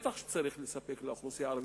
בטח שצריך לספק לאוכלוסייה הערבית.